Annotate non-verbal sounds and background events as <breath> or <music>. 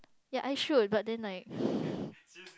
ya I should but then like <breath>